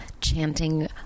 chanting